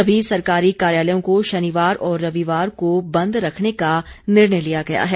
सभी सरकारी कार्यालयों को शनिवार और रविवार को बंद रखने का निर्णय लिया गया है